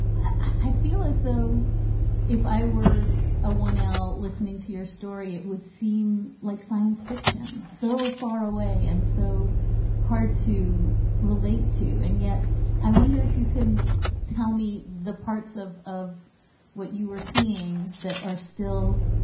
i feel as though if i were a one l listening to your story, it would seem like science fiction so far away and so hard to relate to. and yet i wonder if you can tell me the parts of of what you were seeing that are still.